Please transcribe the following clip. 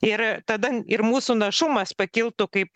ir tada ir mūsų našumas pakiltų kaip